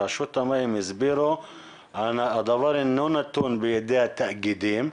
רשות המים הסבירו שהדבר אינו נתון בידי התאגידים,